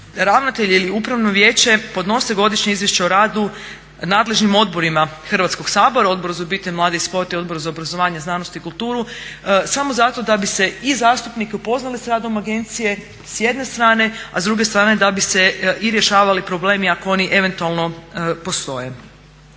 ravnatelj ili upravo vijeće podnose godišnje izvješće o radu nadležnim odborima Hrvatskog sabora Odboru za obitelj, mlade i sport i Odboru za obrazovanje, znanost i kulturu samo zato da bi se i zastupnike upoznalo sa radom agencije s jedne strane, a s druge strane da bi se i rješavali problemi ako oni eventualno postoje.